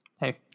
hey